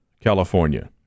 California